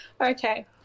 Okay